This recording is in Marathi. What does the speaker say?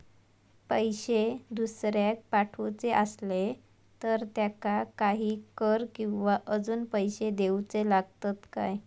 पैशे दुसऱ्याक पाठवूचे आसले तर त्याका काही कर किवा अजून पैशे देऊचे लागतत काय?